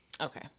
okay